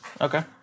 Okay